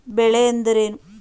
ಬೆಳೆ ಎಂದರೇನು?